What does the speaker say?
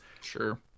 Sure